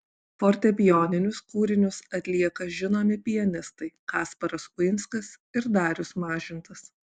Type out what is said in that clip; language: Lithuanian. fortepijoninius kūrinius atlieka žinomi pianistai kasparas uinskas ir darius mažintas